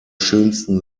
schönsten